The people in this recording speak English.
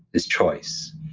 is choice.